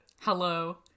Hello